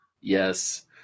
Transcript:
Yes